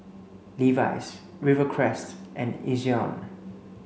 Levi's Rivercrest and Ezion